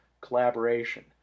collaboration